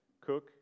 cook